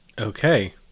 okay